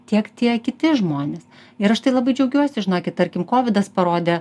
tiek tie kiti žmonės ir aš tai labai džiaugiuosi žinokit tarkim kovidas parodė